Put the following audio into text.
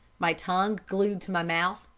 my tongue glued to my mouth,